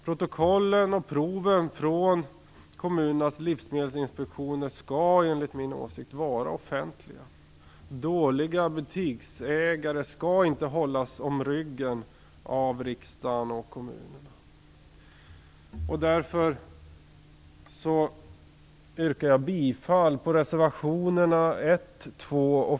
Protokollen och proven från kommunernas livsmedelsinspektioner skall enligt min mening vara offentliga. Dåliga butiksägare skall inte hållas om ryggen av riksdagen och kommunerna. Därför yrkar jag bifall till reservationerna 1, 2 och